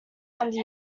under